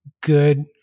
good